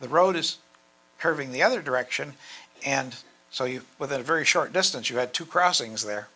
the road is curving the other direction and so you within a very short distance you had two crossings there